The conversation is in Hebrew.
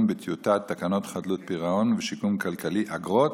בטיוטת תקנות חדלות פירעון ושיקום כלכלי (אגרות),